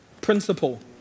Principle